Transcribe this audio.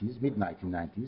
mid-1990s